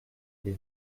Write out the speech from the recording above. les